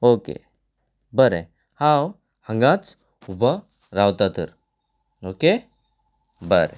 okay बरें हांव हांगाच उबो रावतां तर ओके बरें